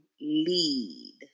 lead